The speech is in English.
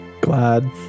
glad